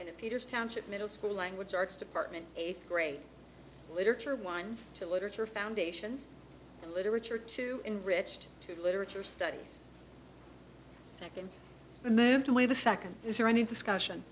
and it peters township middle school language arts department eighth grade literature one to literature foundations literature to enriched to literature studies second a man to a the second is there any discussion